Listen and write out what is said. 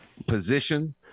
position